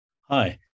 Hi